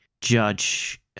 judge